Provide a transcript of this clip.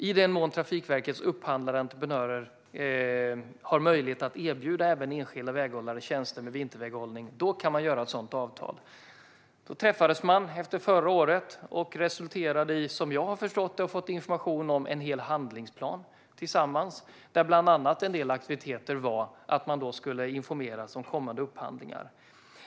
I den mån Trafikverkets upphandlade entreprenörer har möjlighet att erbjuda även enskilda väghållare tjänster med vinterväghållning kan man göra ett sådant avtal. Man träffades efter förra året. Det resulterade i, som jag har förstått det och fått information om, en hel handlingsplan. Trafikverket skulle bland annat informera enskilda väghållare om kommande upphandlingar.